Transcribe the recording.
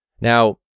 Now